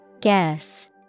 Guess